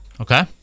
Okay